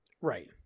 Right